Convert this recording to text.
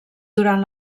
durant